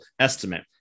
estimate